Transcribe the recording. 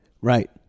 Right